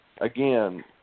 again